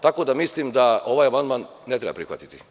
Tako da mislim da ovaj amandman ne treba prihvatiti.